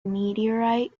meteorite